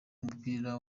w’umupira